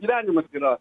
gyvenimas yra